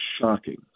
Shocking